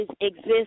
exists